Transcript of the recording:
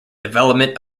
development